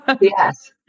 yes